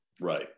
right